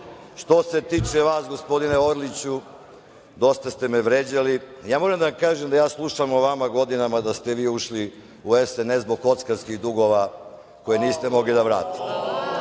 se tiče vas gospodine Orliću, dosta ste me vređali. Moram da vam kažem da ja slušam o vama godinama da ste vi ušli u SNS zbog kockarskih dugova koje niste mogli da vratite.